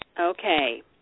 okay